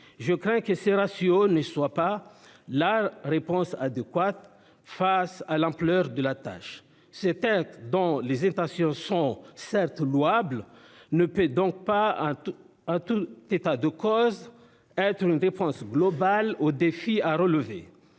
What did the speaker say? Je crains que ces ratios ne soient pas la réponse adéquate au regard de l'ampleur de la tâche. Ce texte, dont les intentions sont certes louables, ne peut donc pas, en tout état de cause, représenter une réponse globale aux défis à relever.